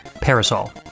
Parasol